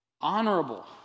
honorable